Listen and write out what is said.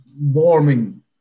warming